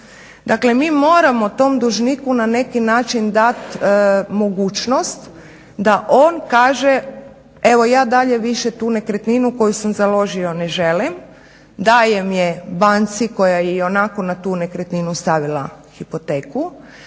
Dakle, mi moramo tom dužniku na neki način dati mogućnost da on kaže evo ja dalje više tu nekretninu koju sam založio ne želim, dajem je banci koja je ionako na tu nekretninu stavila hipoteku.